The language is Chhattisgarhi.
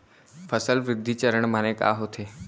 फसल वृद्धि चरण माने का होथे?